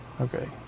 okay